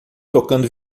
tocando